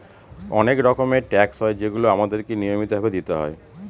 অনেক রকমের ট্যাক্স হয় যেগুলো আমাদেরকে নিয়মিত ভাবে দিতে হয়